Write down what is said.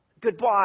Goodbye